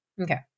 Okay